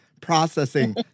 processing